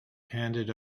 handed